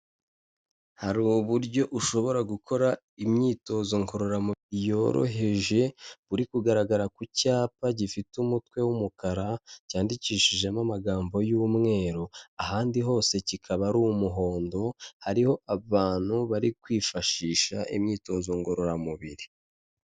Hari uburyo ushobora gukora imyitozo ngororamubiri yoroheje, buri kugaragara ku cyapa gifite umutwe w'umukara cyandikishijemo amagambo y'umweru, ahandi hose kikaba ari umuhondo, hariho abantu bari kwifashisha imyitozo ngororamubiri.